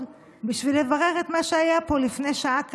בשביל לברר את מה שהיה פה לפני שעה קלה.